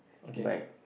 but